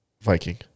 Viking